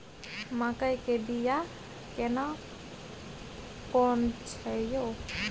मकई के बिया केना कोन छै यो?